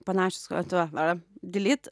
panašios tuo ar dilyt